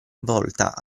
volta